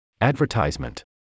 Advertisement